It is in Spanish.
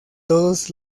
todos